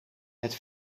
het